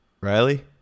Riley